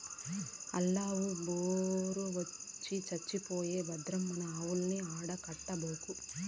ఆల్లావు జొరమొచ్చి చచ్చిపోయే భద్రం మన ఆవుల్ని ఆడ కట్టబాకు